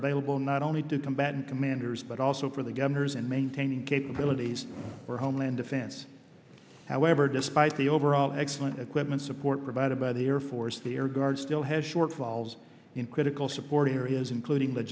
available not only to combatant commanders but also for the governors and maintaining capabilities for homeland defense however despite the overall excellent equipment support provided by the air force the air guard still has shortfalls in critical support areas including the